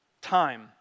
time